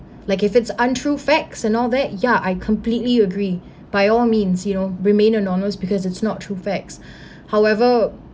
like if it's untrue facts and all that ya I completely agree by all means you know remain anonymous because it's not true facts however